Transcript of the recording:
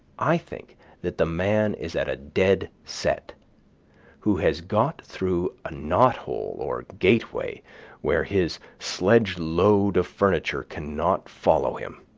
i think that the man is at a dead set who has got through a knot-hole or gateway where his sledge load of furniture cannot follow him.